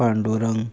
Pandurang